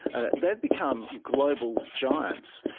and they've become global giants,